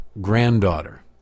granddaughter